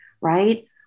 right